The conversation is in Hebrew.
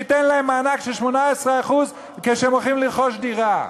שייתן להם מענק של 18% כשהם הולכים לרכוש דירה.